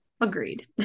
Agreed